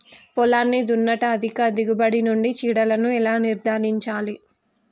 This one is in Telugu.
పొలాన్ని దున్నుట అధిక దిగుబడి నుండి చీడలను ఎలా నిర్ధారించాలి?